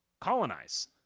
colonize